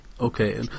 okay